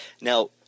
Now